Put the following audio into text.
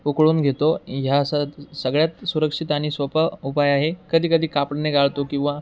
उकळून घेतो ह्या स सगळ्यात सुरक्षित आनि सोपा उपाय आहे कधी कधी कापडने गाळतो किंवा